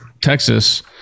Texas